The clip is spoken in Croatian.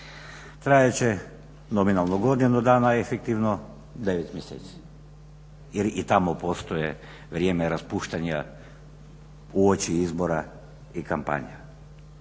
trajat će nominalno godinu dana, efektivno 9 mjeseci jer i tamo postoji vrijeme raspuštanja uoči izbora i kampanja.